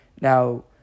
Now